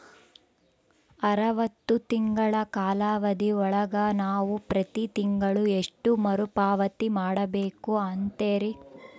ಅರವತ್ತು ತಿಂಗಳ ಕಾಲಾವಧಿ ಒಳಗ ನಾವು ಪ್ರತಿ ತಿಂಗಳು ಎಷ್ಟು ಮರುಪಾವತಿ ಮಾಡಬೇಕು ಅಂತೇರಿ?